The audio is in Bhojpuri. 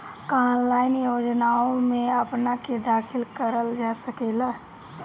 का ऑनलाइन योजनाओ में अपना के दाखिल करल जा सकेला?